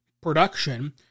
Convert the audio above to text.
production